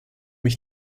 ich